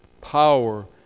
power